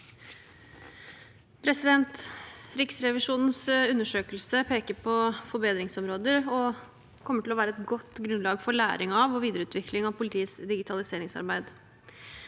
Riksrevisjonens undersøkelse peker på forbedringsområder og kommer til å være et godt grunnlag for læring og videreutvikling av politiets digitaliseringsarbeid.